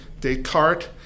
Descartes